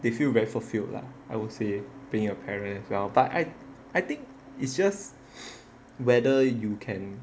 they feel very fulfilled lah I would say being a parent well but I I think it's just whether you can